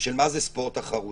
בשאלה מה זה ספורט תחרותי.